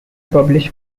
published